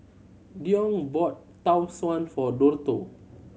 Deon bought Tau Suan for Dortha